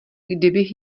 kdybych